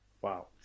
Wow